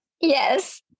Yes